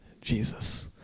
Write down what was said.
Jesus